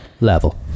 Level